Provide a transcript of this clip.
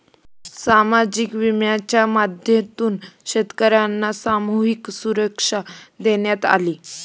सामाजिक विम्याच्या माध्यमातून शेतकर्यांना सामूहिक सुरक्षा देण्यात आली